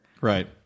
Right